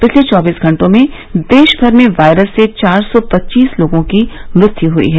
पिछले चौबीस घंटों में देश भर में वायरस से चार सौ पच्चीस लोगों की मृत्यु हुई है